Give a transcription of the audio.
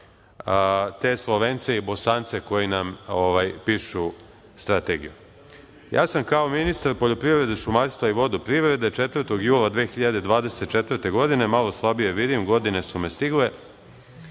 se Slovence i Bosance koji nam pišu strategiju. Ja sam kao ministar poljoprivrede, šumarstva i vodoprivrede 4. jula 2024. godine doneo Rešenje o obrazovanju Radne